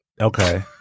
Okay